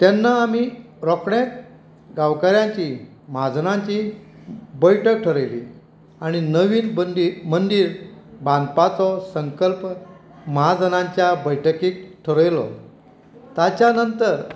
तेन्ना आमी रोकडे गांवकऱ्याची म्हाजनाची बैठकथारायली आनी नवीन बंदीर मंदीर बांदपाचो संकल्प महाजनांच्या बैठकींत थारायलो ताच्या नंतर